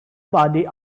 body